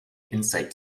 insight